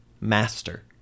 master